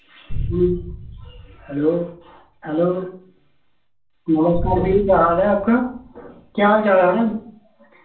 hello hello नमस्कार भैया क्या हाल है आपका केह् हाल चाल ऐ थुआढा